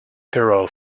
perrault